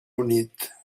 unit